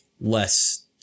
less